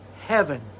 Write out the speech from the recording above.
heaven